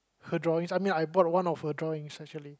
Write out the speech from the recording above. her drawings I mean I bought one of her drawings actually